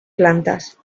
plantas